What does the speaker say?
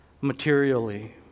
materially